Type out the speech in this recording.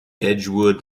edgewood